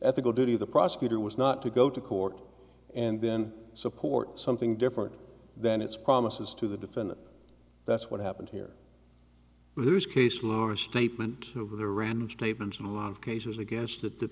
ethical duty of the prosecutor was not to go to court and then support something different than its promises to the defendant that's what happened here whose case lower statement over the rand statements and a lot of cases against that the